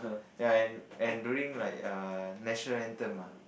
ya and and during like uh national anthem ah